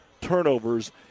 turnovers